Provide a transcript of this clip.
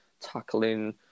tackling